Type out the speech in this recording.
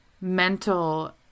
mental